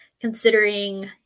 considering